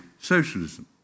socialism